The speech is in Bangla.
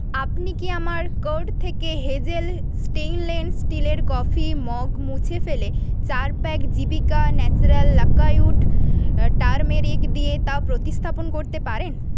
আপনি কি আমার কার্ট থেকে হেজেল স্টেইনলেস স্টিলের কফি মগ মুছে ফেলে চার pack Jeevika natural Lakadong turmeric দিয়ে তা প্রতিস্থাপন করতে পারেন